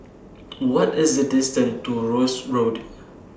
What IS The distance to Rosyth Road